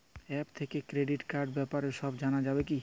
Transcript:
App থেকে credit কার্ডর ব্যাপারে সব জানা যাবে কি?